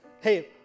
Hey